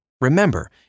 Remember